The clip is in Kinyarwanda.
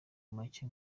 make